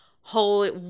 holy